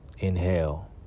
Inhale